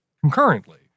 concurrently